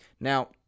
now